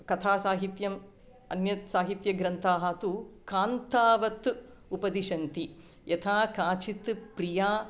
कथासाहित्यम् अन्यत् साहित्यग्रन्थाः तु कान्तावत् उपदिशन्ति यथा काचित् प्रिया